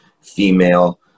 female